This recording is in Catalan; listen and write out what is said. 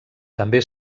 també